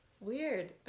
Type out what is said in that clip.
Weird